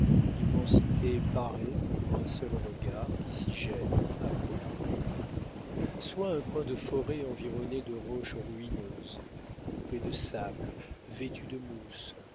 immensité parée pour un seul regard qui s'y jette à propos soit un coin de forêt environné de roches ruineuses coupé de sables vêtu de mousses